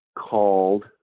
called